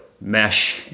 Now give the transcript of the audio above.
mesh